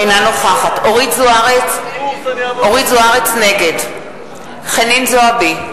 אינה נוכחת אורית זוארץ, נגד חנין זועבי,